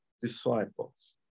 disciples